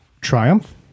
Triumph